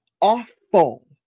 awful